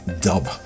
dub